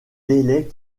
délais